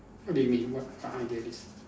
what do you mean what idealist